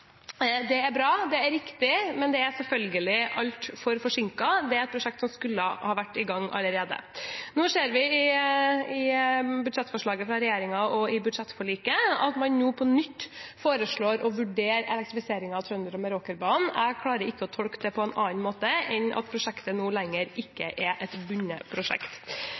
Det er bra. Det er riktig, men det er selvfølgelig altfor forsinket. Det er et prosjekt som skulle ha vært i gang allerede. Nå ser vi i budsjettforslaget fra regjeringen og i budsjettforliket at man på nytt foreslår å vurdere elektrifisering av Trønderbanen og Meråkerbanen. Jeg klarer ikke å tolke det på annen måte enn at prosjektet nå ikke lenger er et bundet prosjekt.